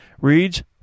reads